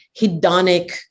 hedonic